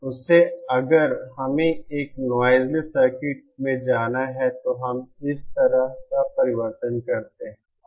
उससे अगर हमें एक नॉइज़इलेस सर्किट में जाना है तो हम इस तरह का परिवर्तन करते हैं